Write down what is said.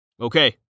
Okay